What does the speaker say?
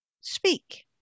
Speak